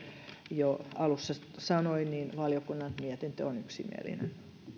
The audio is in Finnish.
jo alussa sanoin valiokunnan mietintö on yksimielinen